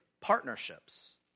Partnerships